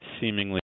seemingly